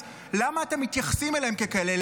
אז למה אתם מתייחסים אליהם ככאלה?